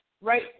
right